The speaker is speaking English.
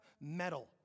metal